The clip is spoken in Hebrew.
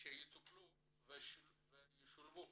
שיטופלו וישולבו